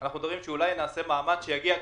על כך שאולי נעשה מאמץ שיגיע.